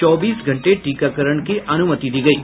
चौबीस घंटे टीकाकरण की अनुमति दी गयी